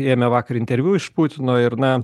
ėmė vakar interviu iš putino ir na